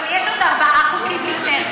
אבל יש עוד ארבעה חוקים לפני כן,